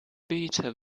beta